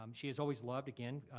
um she has always loved, again,